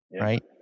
right